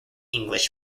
english